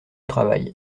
travail